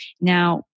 Now